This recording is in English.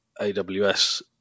AWS